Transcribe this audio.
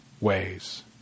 ways